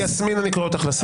יסמין, אני קורא אותך לסדר.